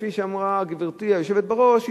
כפי שאמרה גברתי היושבת בראש,